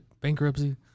bankruptcy